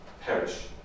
perish